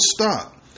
stop